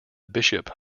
bishop